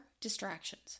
distractions